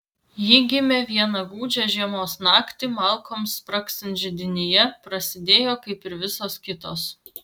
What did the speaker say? ji gimė vieną gūdžią žiemos naktį malkoms spragsint židinyje prasidėjo kaip ir visos kitos